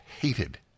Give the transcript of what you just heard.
hated